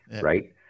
right